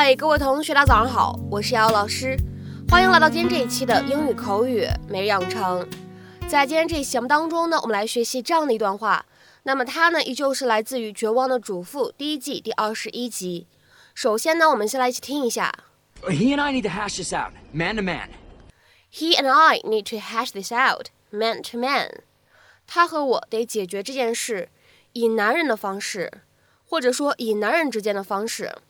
Hey，各位同学，大家早上好，我是瑶瑶老师。欢迎来到今天这一期的英语口语每日养成。在今天这一期节目当中呢，我们来学习这样的一段话。那么它呢，依旧是来自于《绝望的主妇》第一季第21集。首先呢，我们先来一起听一下。He and I need to hash this out, man to man. He and I need to hash this out, man to man.他和我得解决这件事，以男人的方式，或者说以男人之间的方式。